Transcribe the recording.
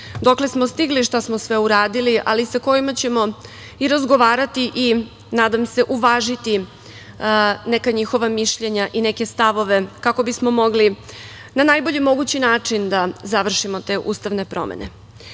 dokle smo stigli i šta smo sve uradili, ali sa kojima ćemo i razgovarati i nadam se uvažiti neka njihova mišljenja i neke stavove kako bismo mogli na najbolji mogući način da završimo te ustavne promene. Svesni